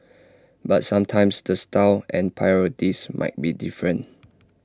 but sometimes the style and priorities might be different